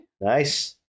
nice